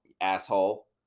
asshole